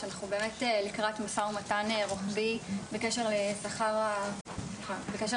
שאנחנו באמת לקראת משא ומתן רוחבי בקשר לשכר הרופאים,